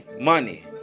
money